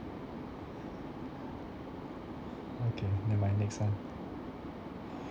okay never mind next one